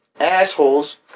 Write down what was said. assholes